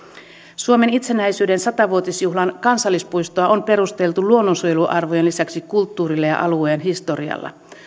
suomen itsenäisyyden sata vuotisjuhlan kansallispuistoa on perusteltu luonnonsuojeluarvojen lisäksi kulttuurilla ja alueen historialla